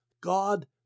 God